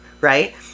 Right